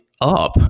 up